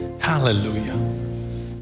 hallelujah